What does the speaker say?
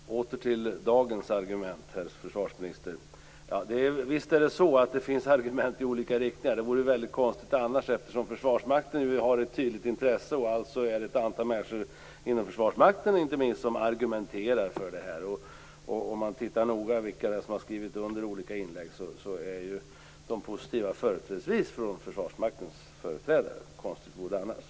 Fru talman! Åter till dagens argument, herr försvarsminister! Visst finns det argument i olika riktningar. Det vore väldigt konstigt annars, eftersom Försvarsmakten ju har ett tydligt intresse. Det finns alltså ett antal människor, inte minst inom Försvarsmakten, som argumenterar för detta. Om man tittar noga efter vilka som har skrivit under olika inlägg ser man att de positiva inläggen övervägande kommer från Försvarsmaktens företrädare - och konstigt vore det annars.